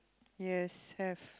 yes have